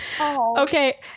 Okay